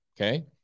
okay